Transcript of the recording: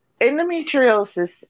Endometriosis